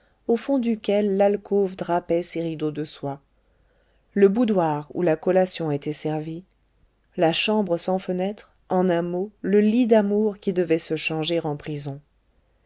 au fond duquel l'alcôve drapait ses rideaux de soie le boudoir où la collation était servie la chambre sans fenêtres en un mot le lit d'amour qui devait se changer en prison